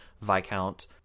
Viscount